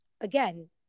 again